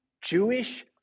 Jewish